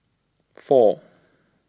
four